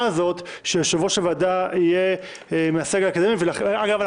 הזאת שיושב-ראש הוועדה יהיה מהסגל האקדמי אגב,